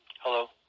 Hello